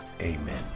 Amen